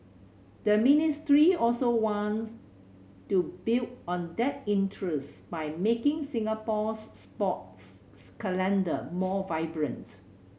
the ministry also wants to build on that interest by making Singapore's sports calendar more vibrant